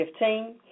2015